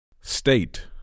State